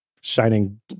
shining